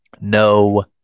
No